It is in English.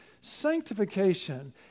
sanctification